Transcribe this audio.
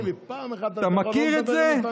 תגיד לי, פעם אחת אתה לא מדבר על נתניהו?